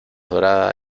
dorada